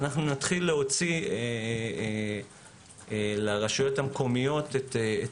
אנחנו נתחיל להוציא את הביצוע לרשויות המקומיות.